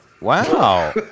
Wow